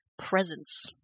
Presence